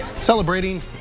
celebrating